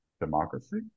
democracy